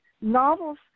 novels